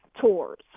tours